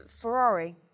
Ferrari